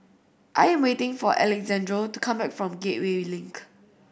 I'm waiting for Alexandro to come back from Gateway Link